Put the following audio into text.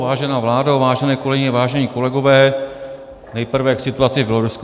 Vážená vládo, vážené kolegyně, vážení kolegové, nejprve k situaci v Bělorusku.